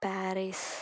Paris